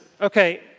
okay